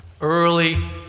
early